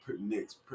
next